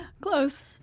close